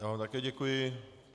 Já vám také děkuji.